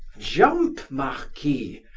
jump, marquis!